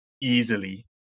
easily